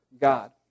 God